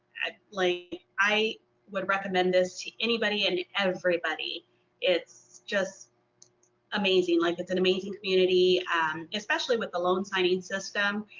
i like i would recommend this to anybody and everybody it's just amazing. like it's an amazing community especially with the loan signing system